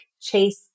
chase